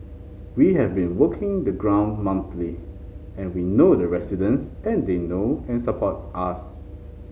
we have been walking the ground monthly and we know the residents and they know and support us